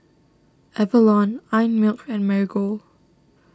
Avalon Einmilk and Marigold